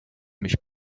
mich